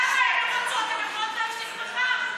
אם הן רוצות הן יכולות להפסיק מחר.